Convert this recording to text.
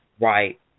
Right